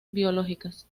biológicas